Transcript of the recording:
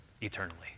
eternally